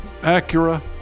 Acura